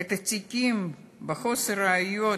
את התיקים מחוסר ראיות,